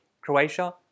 Croatia